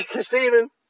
Stephen